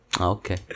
Okay